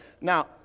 Now